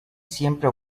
siempre